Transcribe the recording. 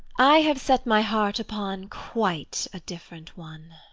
i have set my heart upon quite a different one!